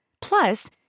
Plus